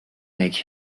make